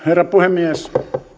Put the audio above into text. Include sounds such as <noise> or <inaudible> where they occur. <unintelligible> herra puhemies